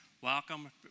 welcome